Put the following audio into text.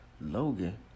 Logan